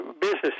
business